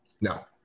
no